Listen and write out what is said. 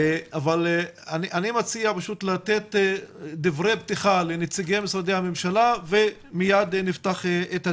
אני מציע לתת דברי פתיחה לנציגי משרדי הממשלה ומיד נפתח את הדיון.